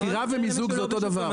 מכירה ומיזוג זה אותו דבר.